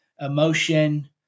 emotion